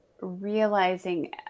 realizing